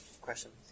questions